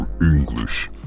english